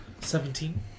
Seventeen